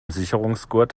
sicherungsgurt